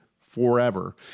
forever